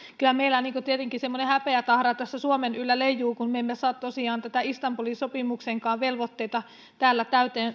kyllä meillä tietenkin semmoinen häpeätahra tässä suomen yllä leijuu kun me emme saa tosiaan näitä istanbulin sopimuksenkaan velvoitteita täällä